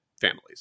families